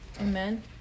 Amen